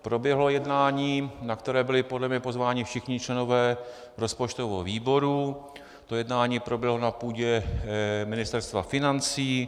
Proběhlo jednání, na které byli podle mě pozváni všichni členové rozpočtového výboru, to jednání proběhlo na půdě Ministerstva financí.